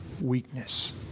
weakness